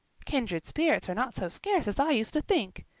kindred spirits are not so scarce as i used to think.